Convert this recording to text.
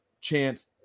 chance